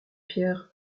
pierre